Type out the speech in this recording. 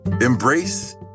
embrace